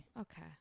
Okay